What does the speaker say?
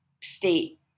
state